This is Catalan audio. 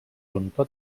frontó